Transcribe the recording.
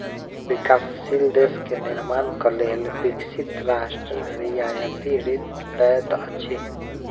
विकासशील देश के निर्माणक लेल विकसित राष्ट्र रियायती ऋण दैत अछि